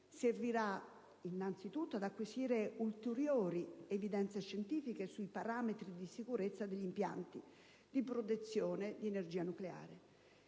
servirà innanzitutto ad acquisire ulteriori evidenze scientifiche sui parametri di sicurezza degli impianti di produzione di energia nucleare.